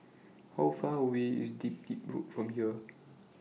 How Far away IS Dedap Road from here